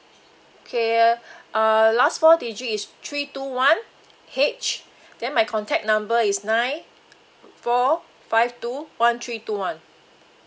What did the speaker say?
okay uh uh last four digit is three two one H then my contact number is nine four five two one three two one